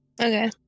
Okay